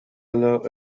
allow